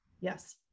yes